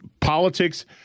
politics